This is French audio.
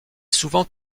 souvent